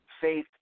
faith